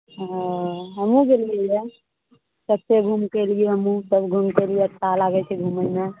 हँ हमहुँ गेलियै यऽ कते घुइमके एलियै हमहूँ सब घुइमके एलियै अच्छा लागय छै घुमयमे